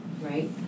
right